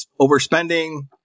overspending